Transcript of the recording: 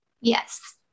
Yes